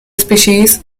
species